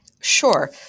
Sure